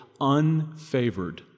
unfavored